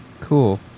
Cool